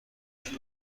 بهمون